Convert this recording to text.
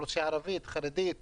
האוכלוסייה החרדית והערבית,